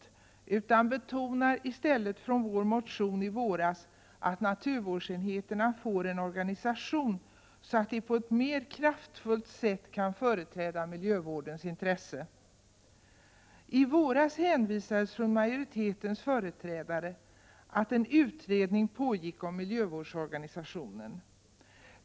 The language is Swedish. I stället betonar vi det som sades i vår motion i våras, att naturvårdsenheterna får en sådan organisation att de på ett mera kraftfullt sätt kan företräda miljövårdens intressen. I våras hänvisade majoritetens företrädare till att en utredning pågick om miljövårdsorganisationen.